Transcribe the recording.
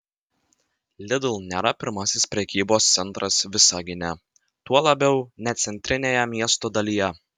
lidl nėra pirmasis prekybos centras visagine tuo labiau ne centrinėje miesto dalyje